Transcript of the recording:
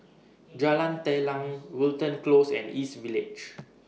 Jalan Telang Wilton Close and East Village